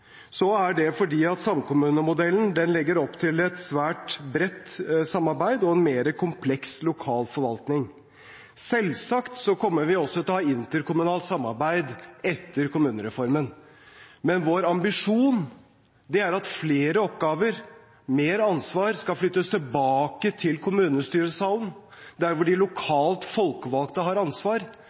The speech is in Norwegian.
er det fordi samkommunemodellen legger opp til et svært bredt samarbeid og en mer kompleks lokal forvaltning. Selvsagt kommer vi også til å ha interkommunalt samarbeid etter kommunereformen, men vår ambisjon er at flere oppgaver, mer ansvar, skal flyttes tilbake til kommunestyresalen, der hvor de lokalt folkevalgte har ansvar,